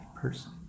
person